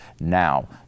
now